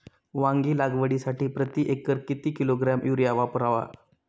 वांगी लागवडीसाठी प्रती एकर किती किलोग्रॅम युरिया वापरावा?